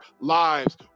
lives